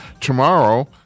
tomorrow